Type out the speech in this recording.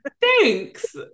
Thanks